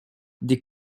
des